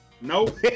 Nope